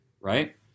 right